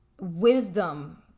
wisdom